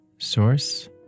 source